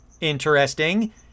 interesting